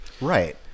Right